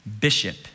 bishop